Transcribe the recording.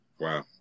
Wow